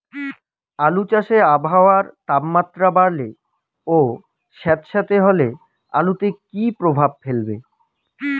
আলু চাষে আবহাওয়ার তাপমাত্রা বাড়লে ও সেতসেতে হলে আলুতে কী প্রভাব ফেলবে?